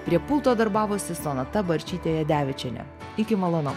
prie pulto darbavosi sonata barčytė jadevičienė iki malonau